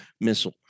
missile